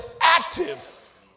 active